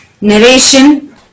narration